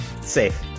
Safe